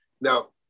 now